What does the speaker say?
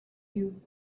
you